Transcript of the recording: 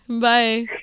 Bye